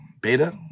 beta